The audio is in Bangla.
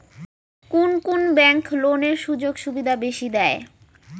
কুন কুন ব্যাংক লোনের সুযোগ সুবিধা বেশি দেয়?